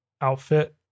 outfit